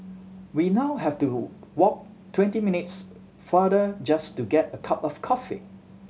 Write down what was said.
we now have to walk twenty minutes farther just to get a cup of coffee